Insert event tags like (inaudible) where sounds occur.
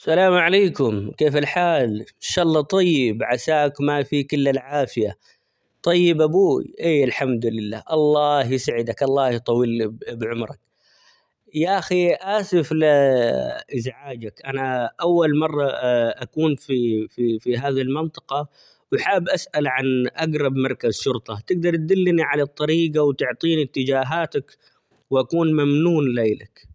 السلام عليكم كيف الحال إن شاء الله طيب ،عساك ما فيك إلا العافية طيب أبوي إيه الحمد لله، الله يسعدك الله يطول -ب- بعمرك يا أخي آسف ل (hesitation) إزعاجك أنا أول مرة (hesitation) أكون -في- في هذه المنطقة، وحابب أسال عن أقرب مركز شرطه تقدر تدلني على الطريق ،أوتعطيني إتجاهاتك وأكون ممنون لإلك.